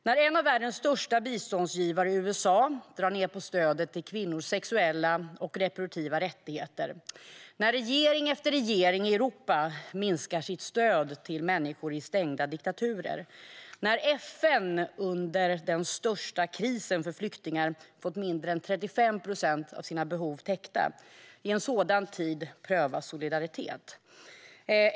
När en av världens största biståndsgivare, USA, drar ned på stödet till kvinnors sexuella och reproduktiva rättigheter, när regering efter regering i Europa minskar sitt stöd till människor i stängda diktaturer, när FN under den största krisen för flyktingar fått mindre än 35 procent av sina behov täckta, i en sådan tid prövas solidaritet.